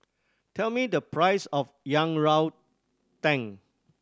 tell me the price of yang rou ting